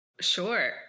Sure